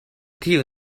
tiu